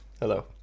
hello